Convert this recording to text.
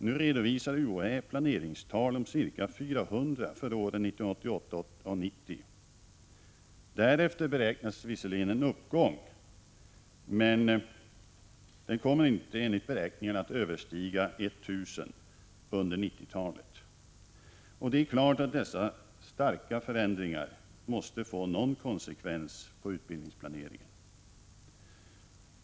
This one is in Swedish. Nu redovisar UHÄ planeringstal om ca 400 platser för åren 1988-1990.Därefter beräknas en uppgång, men kapaciteten beräknas inte överstiga 1 000 under 1990-talet. Det är klart att dessa starka förändringar måste få någon konsekvens på utbildningsplaneringen.